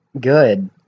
Good